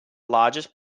largest